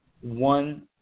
one